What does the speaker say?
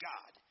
God